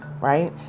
right